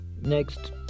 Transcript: Next